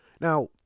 now